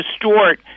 distort